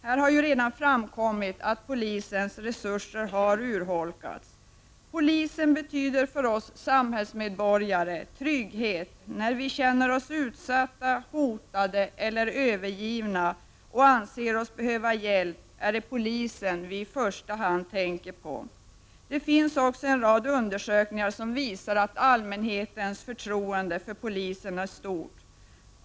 Det har redan framkommit här att polisens resurser har urholkats. Polisen betyder för oss samhällsmedborgare trygghet. När vi känner oss utsatta, hotade eller övergivna och anser oss behöva hjälp, är det polisen som vi i första hand tänker på. Det finns också en rad undersökningar, som visar att allmänhetens förtroende för polisen är stort.